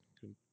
good